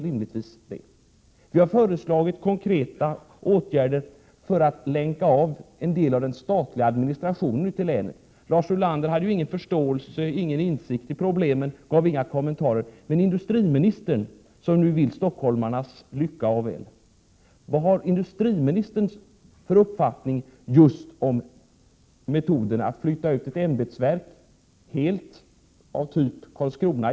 Vi har föreslagit konkreta åtgärder för att länka av en del av den statliga administrationen ute i länen. Lars Ulander hade ingen förståelse och ingen insikt i problemet och gav inga kommentarer. Men industriministern vill stockholmarnas lycka och välfärd. Vad har han för uppfattning om metoden att flytta hela ämbetsverk som nu senast till Karlskrona?